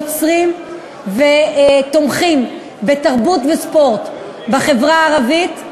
יוצרים ותומכים בתרבות וספורט בחברה הערבית.